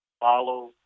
follow